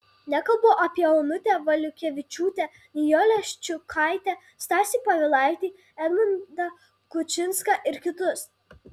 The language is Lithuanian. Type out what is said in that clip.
nekalbu apie onutę valiukevičiūtę nijolę ščiukaitę stasį povilaitį edmundą kučinską ir kitus